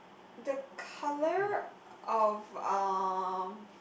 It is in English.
the colour of uh